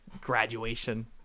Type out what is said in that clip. graduation